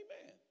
Amen